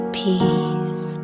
peace